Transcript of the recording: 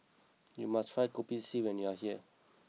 you must try Kopi C when you are here